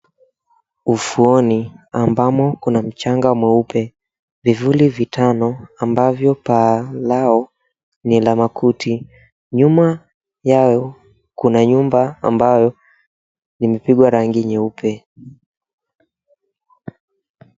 Ufuoni ambamo kuna mchanga mweupe. Vivuli vitano ambavyo paa lao ni la makuti. Nyuma yao kuna nyumba ambayo limepigwa rangi nyeupe.